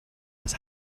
his